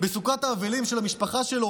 בסוכת האבלים של המשפחה שלו,